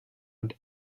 und